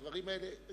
הדברים האלה,